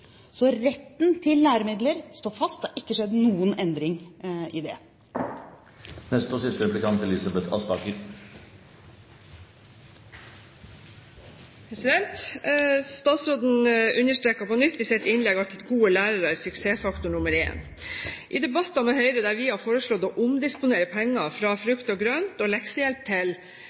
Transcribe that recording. Så retten til læremidler står fast. Det har ikke skjedd noen endring når det gjelder det. Statsråden understreket på nytt i sitt innlegg at gode lærere er suksessfaktor nr. 1. I debatter med Høyre der vi har foreslått å omdisponere penger fra frukt og grønt og leksehjelp til